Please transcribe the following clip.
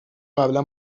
قبلا